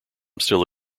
still